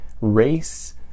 race